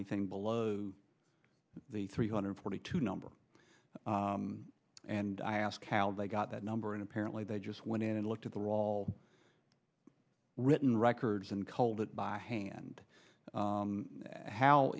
anything below the three hundred forty two number and i ask how they got that number and apparently they just went in and looked at the wall written records and culled it by hand